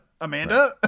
Amanda